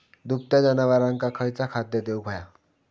दुभत्या जनावरांका खयचा खाद्य देऊक व्हया?